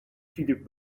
filip